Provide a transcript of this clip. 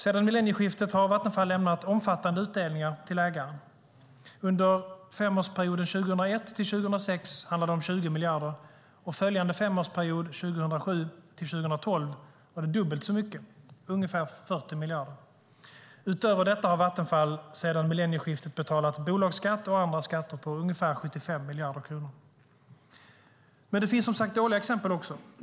Sedan millennieskiftet har Vattenfall lämnat omfattande utdelningar till ägarna. Under femårsperioden 2001-2006 handlade det om 20 miljarder, och följande femårsperiod, 2007-2012, var det dubbelt så mycket, ungefär 40 miljarder. Utöver detta har Vattenfall sedan millennieskiftet betalat bolagsskatter och andra skatter på ungefär 75 miljarder kronor. Det finns som sagt också dåliga exempel.